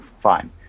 fine